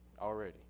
already